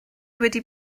wedi